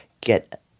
get